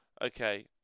Okay